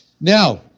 now